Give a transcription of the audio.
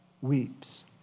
weeps